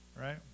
right